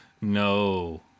No